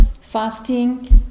fasting